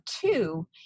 Two